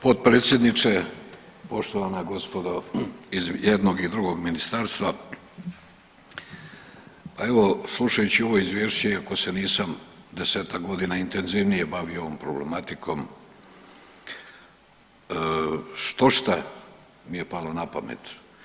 Potpredsjedniče, poštovana gospodo iz jednog i drugog ministarstva, pa evo slušajući ovo izvješće iako se nisam 10-ak godina intenzivnije bavio ovom problematikom štošta mi je palo napamet.